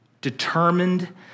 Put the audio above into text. determined